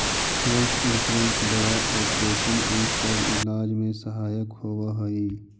health insurance बड़ा operation इ सब इलाज में सहायक होवऽ हई